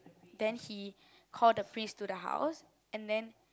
then he call the priest to the house and then